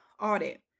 audit